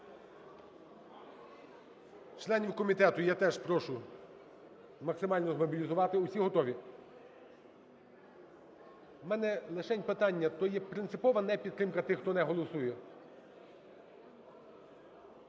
Членів комітету я теж прошу максимально мобілізувати. Всі готові? В мене лише питання: то є принципова непідтримка тих, хто не голосує?